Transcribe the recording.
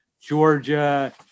Georgia